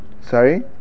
Sorry